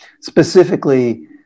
specifically